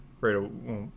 right